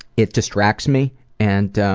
it distracts me and